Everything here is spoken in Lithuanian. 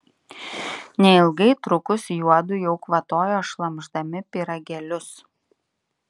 neilgai trukus juodu jau kvatojo šlamšdami pyragėlius